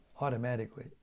automatically